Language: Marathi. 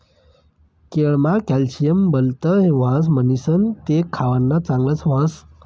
केळमा कॅल्शियम भलत ह्रास म्हणीसण ते खावानं चांगल ह्रास